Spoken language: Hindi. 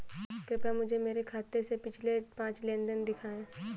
कृपया मुझे मेरे खाते से पिछले पांच लेन देन दिखाएं